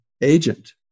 agent